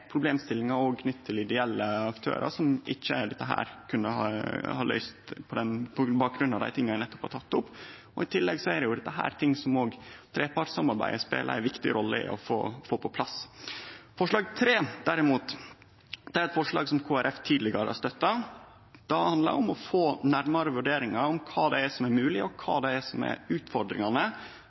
er problemstillingar knytte til ideelle aktørar. Dette kunne ikkje ha løyst det, på bakgrunn av det eg nettopp har teke opp. I tillegg er dette ting som òg trepartssamarbeidet spelar ei viktig rolle i å få på plass. Forslag nr. 3, derimot, er eit forslag som Kristeleg Folkeparti tidlegare har støtta. Det handlar om å få nærmare vurderingar av kva som er mogleg, og kva som er